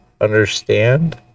understand